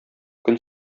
көн